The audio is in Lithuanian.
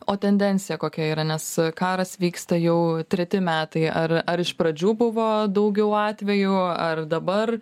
o tendencija kokia yra nes karas vyksta jau treti metai ar ar iš pradžių buvo daugiau atvejų ar dabar